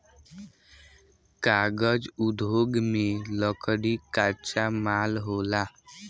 कागज़ उद्योग में लकड़ी कच्चा माल होला